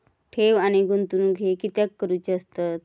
ठेव आणि गुंतवणूक हे कित्याक करुचे असतत?